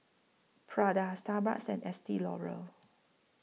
Prada Starbucks and Estee Lauder